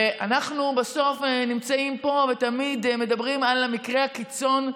אנחנו בסוף נמצאים פה ותמיד מדברים על מקרי הקיצון,